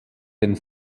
den